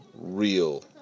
real